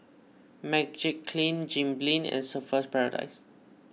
Magiclean Jim Beam and Surfer's Paradise